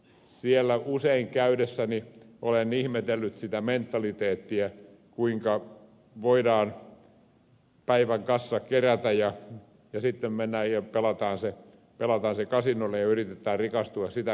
siellä usein käydessäni olen ihmetellyt sitä mentaliteettia kuinka voidaan päivän kassa kerätä ja sitten mennään ja pelataan se kasinolla ja yritetään rikastua sitä kautta